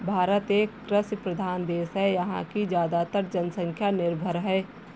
भारत एक कृषि प्रधान देश है यहाँ की ज़्यादातर जनसंख्या निर्भर है